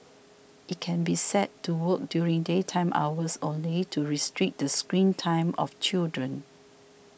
it can be set to work during daytime hours only to restrict the screen time of children